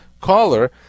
caller